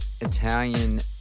Italian